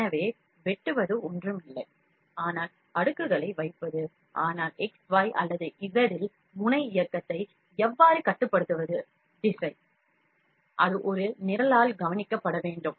எனவே வெட்டுவது ஒன்றுமில்லை ஆனால் அடுக்குகளை வைப்பது ஆனால் X Y அல்லது Z இல் முனை இயக்கத்தை எவ்வாறு கட்டுப்படுத்துவது திசை அது ஒரு நிரலால் கவனிக்கப்பட வேண்டும்